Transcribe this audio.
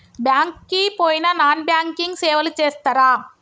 Bank కి పోయిన non banking సేవలు చేస్తరా?